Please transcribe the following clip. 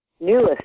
newest